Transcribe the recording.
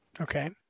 Okay